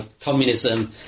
communism